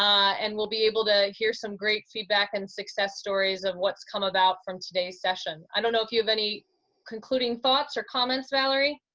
um and we'll be able to hear some great feedback and success stories of what's come about from today session. i don't know if you have any concluding thoughts or comments, valerie.